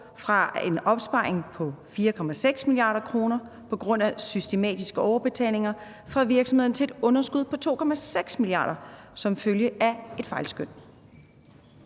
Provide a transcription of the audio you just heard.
fra en opsparing på 4,6 mia. kr. på grund af systematiske overbetalinger fra virksomhederne til et underskud på 2,6 mia. kr. som følge af et fejlskøn